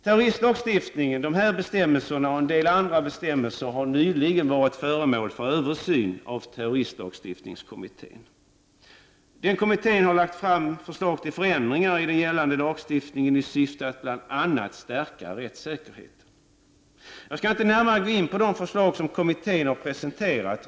Dessa bestämmelser och en del andra bestämmelser i terroristlagstiftningen har nyligen varit föremål för översyn av terroristlagstiftningskommittén. Denna kommitté har lagt fram förslag till förändringar i den gällande lagstiftningen i syfte att bl.a. stärka rättssäkerheten. Jag skall inte närmare gå in på de förslag som kommittén har presenterat.